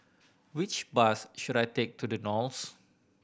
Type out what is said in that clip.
which bus should I take to The Knolls